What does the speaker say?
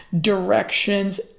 directions